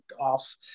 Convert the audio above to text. off